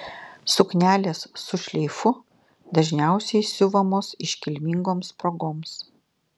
suknelės su šleifu dažniausiai siuvamos iškilmingoms progoms